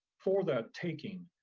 for that taking.